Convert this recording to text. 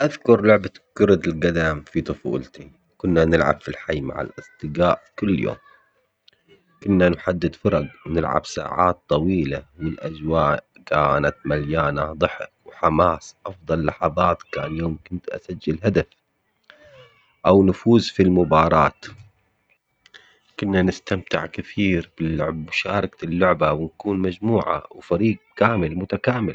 أذكر لعبة كرة القدم في طفولتي كنا نلعب في الحي مع الأصدقاء كل يوم، كنا نحدد فرق ونلعب ساعات طويلة والأجواء كانت مليانة ضحك وحماس، أفضل لحظات كان يوم كنت أسجل هدف أو نفوز في المباراة، كنا نستمتع كثير باللعب بمشاركة اللعبة نكون مجموعة وفريق كامل متكامل.